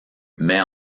met